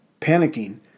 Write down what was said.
panicking